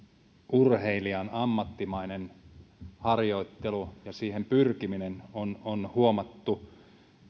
urheilijan ammattimainen harjoittelu ja siihen pyrkiminen on on huomattu